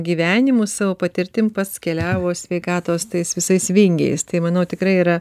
gyvenimu savo patirtim pats keliavo sveikatos tais visais vingiais tai manau tikrai yra